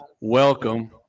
welcome